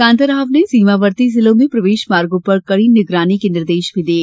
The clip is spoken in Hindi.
कांताराव ने सीमावर्ती जिलों में प्रवेश मार्गों पर कड़ी निगरानी के निर्देश भी दिये